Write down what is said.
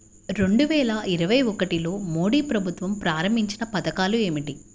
రెండు వేల ఇరవై ఒకటిలో మోడీ ప్రభుత్వం ప్రారంభించిన పథకాలు ఏమిటీ?